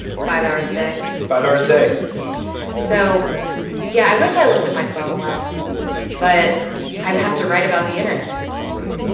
five hours a day five hours a day so yeah i wish i looked at my phone less but i'm have to write about the internet right.